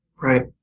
Right